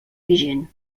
vigent